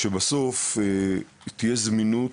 שבסוף תהיה זמינות,